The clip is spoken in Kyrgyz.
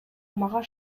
мага